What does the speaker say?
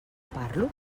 parlo